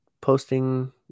posting